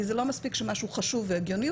כי זה לא מספיק שמשהו חשוב והגיוני,